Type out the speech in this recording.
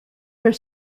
their